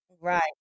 Right